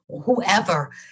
whoever